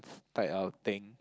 type of thing